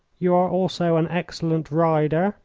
you are also an excellent rider.